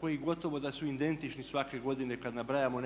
koji gotovo da su identični svake godine kad nabrajamo